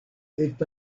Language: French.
est